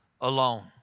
alone